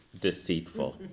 deceitful